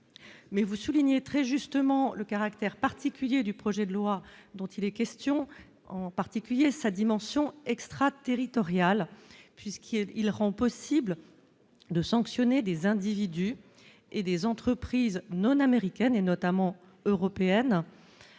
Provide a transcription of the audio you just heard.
mais vous soulignez très justement le caractère particulier du projet de loi dont il est question, en particulier sa dimension extraterritoriale puisqu'il est, il rend possible de sanctionner des individus et des entreprises non américaines et notamment européennes